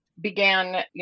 began